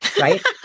Right